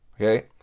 Okay